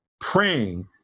praying